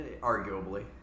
Arguably